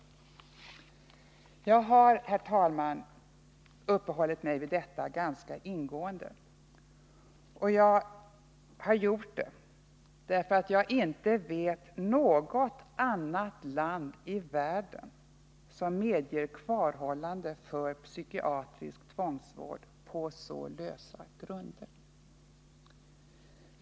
Jag har, herr talman, uppehållit mig vid detta ganska ingående, och jag har gjort det därför att jag inte vet något annat land i världen som medger kvarhållande för psykiatrisk tvångsvård på så lösa grunder.